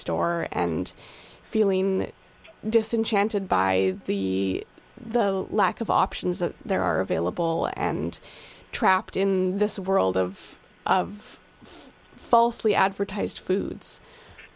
store and feeling disenchanted by the the lack of options that there are available and trapped in this world of of falsely advertised